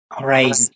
Right